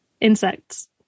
insects